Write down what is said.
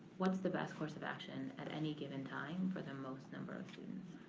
what's the best course of action at any given time for the most number of students.